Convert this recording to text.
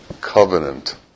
covenant